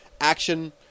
Action